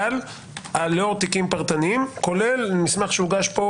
אבל לאור תיקים פרטניים וכולל מסמך שהוגש פה